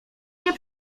nie